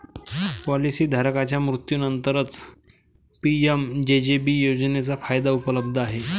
policy धारकाच्या मृत्यूनंतरच PMJJB योजनेचा फायदा उपलब्ध आहे